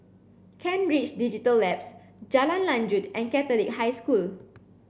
Kent Ridge Digital Labs Jalan Lanjut and Catholic High School